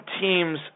teams